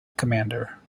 commander